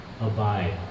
abide